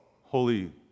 holy